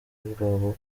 rwabo